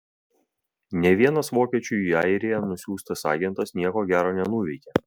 nė vienas vokiečių į airiją nusiųstas agentas nieko gero nenuveikė